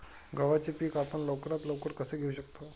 गव्हाचे पीक आपण लवकरात लवकर कसे घेऊ शकतो?